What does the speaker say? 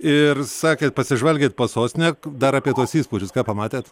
ir sakėt pasižvalgėt po sostinę dar apie tuos įspūdžius ką pamatėt